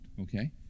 okay